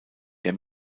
der